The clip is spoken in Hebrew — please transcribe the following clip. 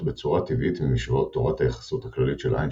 בצורה טבעית ממשוואות תורת היחסות הכללית של איינשטיין,